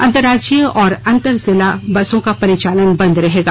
अंतरराज्यीय और अंतर जिला बसों का परिचालन बंद रहेगा